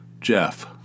Jeff